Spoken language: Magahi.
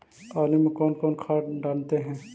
आलू में कौन कौन खाद डालते हैं?